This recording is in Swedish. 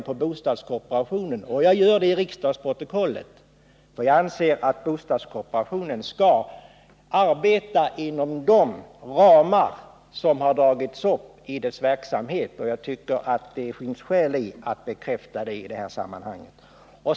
På den punkten har vi rätt att rikta kritik även mot bostadskooperationen, om denna kooperativa bostadsrörelse tar i anspråk strimlade lån vid bostadsförvärv.